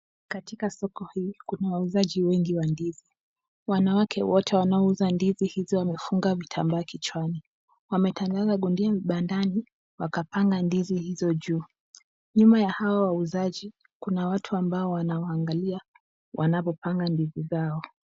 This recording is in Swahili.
Katika soko hili kuna wauzaji wengi wa ndizi. Wanawake wote wanaouza ndizi hizo wamefunga vitambaa kichwani. Wametandaza gunia vibandani wakapanga ndizi hizo juu. Nyuma ya hao wauzaji kuna watu ambao wanawaangalia wanavyopanga ndizi zao.